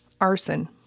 Arson